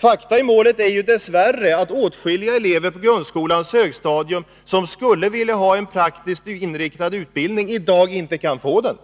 Fakta i målet är dess värre att åtskilliga elever på grundskolans högstadium som skulle vilja ha en praktiskt inriktad utbildning i dag inte kan få det,